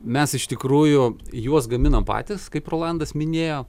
mes iš tikrųjų juos gaminam patys kaip rolandas minėjo